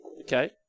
Okay